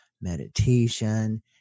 meditation